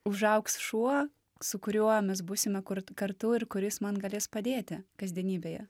užaugs šuo su kuriuo mes būsime kartu ir kuris man galės padėti kasdienybėje